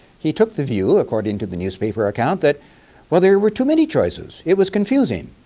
he took the view according to the newspaper account that whether there were too many choices. it was confusing.